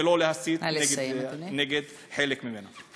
ולא להסית נגד חלק ממנה.